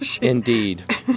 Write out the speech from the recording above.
indeed